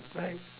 right